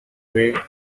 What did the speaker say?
way